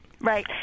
Right